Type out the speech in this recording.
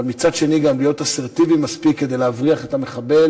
אבל מצד שני גם להיות אסרטיבי מספיק כדי להבריח את המחבל,